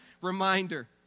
reminder